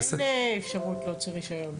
לא, אבל אין אפשרות להוציא רישיון.